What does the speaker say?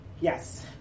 Yes